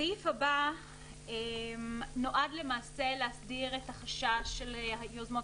הסעיף הבא נועד להסדיר את החשש של יוזמות